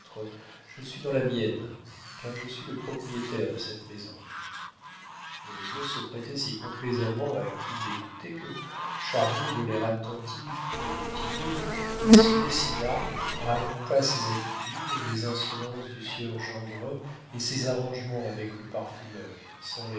je suis dans la mienne car je suis le propriétaire de cette maison molineux se prêtait si complaisamment à qui l'écoutait que charmé de l'air attentif de du tillet il se dessina raconta ses habitudes les insolences du sieur gendrin et ses arrangements avec le parfumeur sans